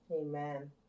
Amen